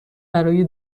برای